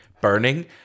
burning